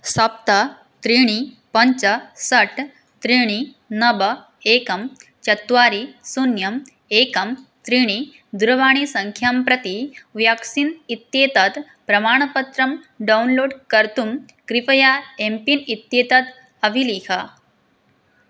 सप्त त्रीणि पञ्च षट् त्रीणि नव एकं चत्वारि शून्यम् एकं त्रीणि दूरवाणीसङ्ख्यां प्रति व्याक्सीन् इत्येतत् प्रमाणपत्रम् डौन्लोड् कर्तुं कृपया एम् पिन् इत्येतत् अभिलिख